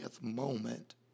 moment